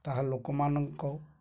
ତାହା ଲୋକମାନଙ୍କ